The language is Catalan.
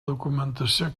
documentació